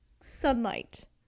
sunlight